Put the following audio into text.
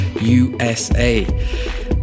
USA